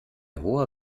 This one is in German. hoher